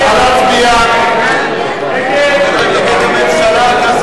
הצעת סיעת קדימה להביע אי-אמון בממשלה לא